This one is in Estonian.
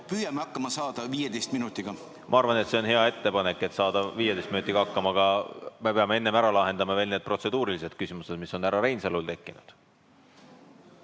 mis on härra Reinsalul tekkinud. Ma arvan, et see on hea ettepanek, et saada 15 minutiga hakkama, aga me peame enne ära lahendama veel selle protseduurilise küsimuse, mis on härra Reinsalul tekkinud.